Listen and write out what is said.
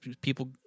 people